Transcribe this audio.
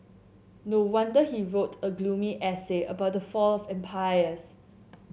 no wonder he wrote a gloomy essay about the fall of empires